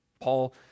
Paul